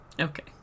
Okay